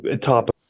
top